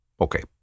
Okay